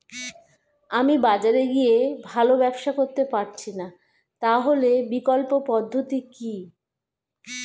আমি বাজারে গিয়ে ভালো ব্যবসা করতে পারছি না তাহলে বিকল্প পদ্ধতি কি?